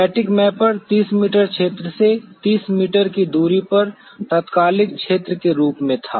thematic mapper 30 metre क्षेत्र से 30 metre की दूरी पर तात्कालिक क्षेत्र के रूप में था